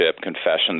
confessions